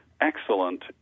excellent